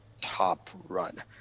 top-run